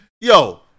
Yo